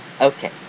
Okay